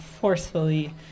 forcefully